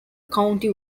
county